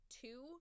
two